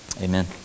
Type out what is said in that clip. Amen